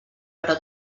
però